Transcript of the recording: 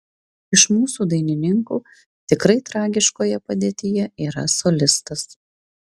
iš mūsų dainininkų tikrai tragiškoje padėtyje yra solistas